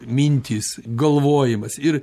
mintys galvojimas ir